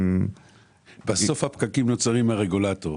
בסוף הפקקים נוצרים מהרגולטור.